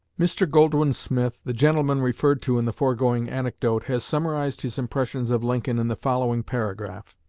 mr. goldwin smith, the gentleman referred to in the foregoing anecdote, has summarized his impressions of lincoln in the following paragraph